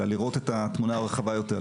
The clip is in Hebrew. אלא לראות את התמונה הרחבה יותר.